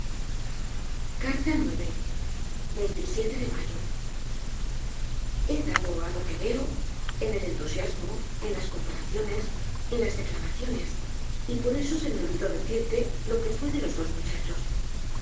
de mayo he dado á lo que veo en el entusiasmo en las comparaciones en las declamaciones y por eso se me olvidó decirte lo que fue de los dos muchachos